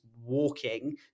walking